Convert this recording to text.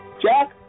Jack